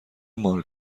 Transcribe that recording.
مارک